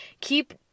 keep